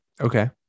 Okay